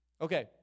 Okay